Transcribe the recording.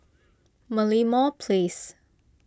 Merlimau Place